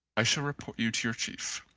i shall report you to your chief.